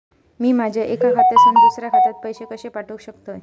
मी माझ्या एक्या खात्यासून दुसऱ्या खात्यात पैसे कशे पाठउक शकतय?